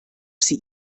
sie